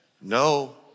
No